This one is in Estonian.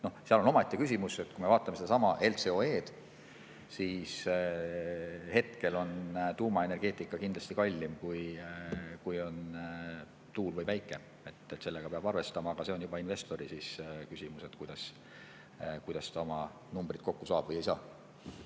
Seal on omaette küsimus, et kui me vaatame sedasama LCOE‑d, siis hetkel on tuumaenergeetika kindlasti kallim kui tuul või päike. Sellega peab arvestama. Aga see on juba investori küsimus, et kuidas ta oma numbrid kokku saab või ei saa.